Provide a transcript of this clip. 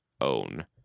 own